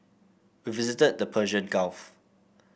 we visited the Persian Gulf